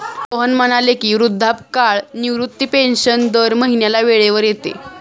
सोहन म्हणाले की, वृद्धापकाळ निवृत्ती पेन्शन दर महिन्याला वेळेवर येते